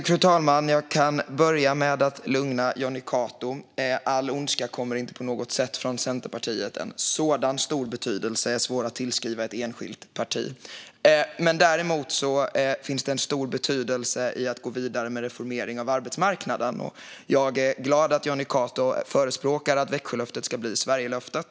Fru talman! Jag kan börja med att lugna Jonny Cato. All ondska kommer inte från Centerpartiet, inte på något sätt. En så stor betydelse är svår att tillskriva ett enskilt parti. Däremot finns det stor betydelse i att gå vidare med en reformering av arbetsmarknaden. Jag är glad att Jonny Cato förespråkar att Växjölöftet ska bli Sverigelöftet.